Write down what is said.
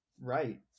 right